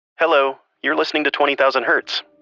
hello! you're listening to twenty thousand hertz.